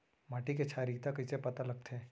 माटी के क्षारीयता कइसे पता लगथे?